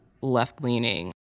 left-leaning